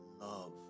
love